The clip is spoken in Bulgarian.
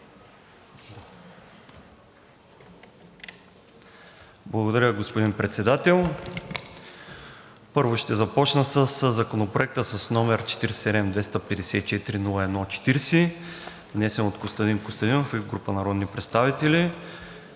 Благодаря, господин Председател. Първо, ще започна със Законопроект с № 47-254-01-40, внесен от Костадин Костадинов и група народни представители,